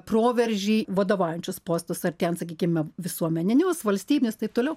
proveržį vadovaujančius postus ar ten sakykime visuomeninius valstybinius taip toliau